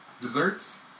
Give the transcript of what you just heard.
desserts